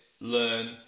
learn